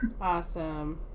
Awesome